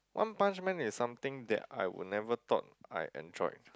one punch man is something that I would never thought I enjoyed